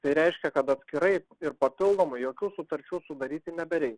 tai reiškia kad atskirai ir papildomai jokių sutarčių sudaryti neberei